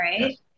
right